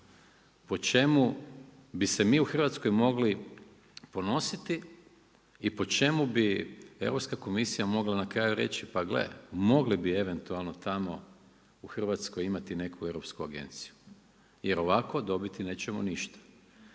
po čemu bi se mi u Hrvatskoj mogli ponositi i po čemu bi Europska komisija mogla reći, pa gle, mogli bi eventualno tamo u Hrvatskoj imati neku europsku agenciju jer ovako nećemo dobiti ništa.